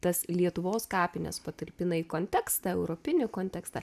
tas lietuvos kapines patalpina į kontekstą į europinį kontekstą